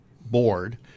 board